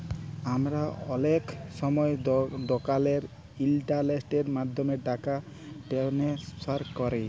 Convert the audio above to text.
আমরা অলেক সময় দকালের ইলটারলেটের মাধ্যমে টাকা টেনেসফার ক্যরি